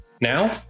Now